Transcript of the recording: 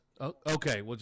Okay